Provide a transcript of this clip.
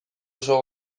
oso